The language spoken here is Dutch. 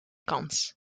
kans